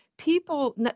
People